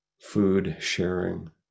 food-sharing